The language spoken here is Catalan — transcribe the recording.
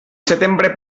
setembre